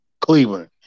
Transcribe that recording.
Cleveland